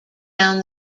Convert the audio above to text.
down